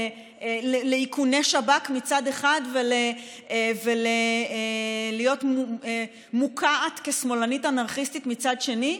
לאיכוני שב"כ מצד אחד ולהיות מוקעת כשמאלנית אנרכיסטית מצד שני?